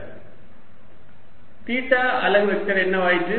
r sinθcosϕx sinθsinϕy cosθz theta அலகு vector என்னவாயிற்று